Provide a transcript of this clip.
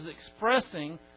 expressing